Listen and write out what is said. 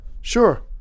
Sure